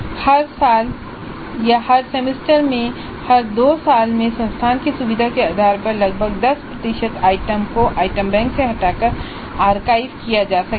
हर साल या हर सेमेस्टर या हर 2 साल में संस्थान की सुविधा के आधार पर लगभग 10 प्रतिशत आइटम्स को आइटम बैंक से हटाकर आर्काइव किया जा सकता है